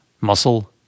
Muscle